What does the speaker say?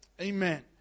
Amen